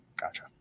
gotcha